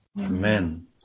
Amen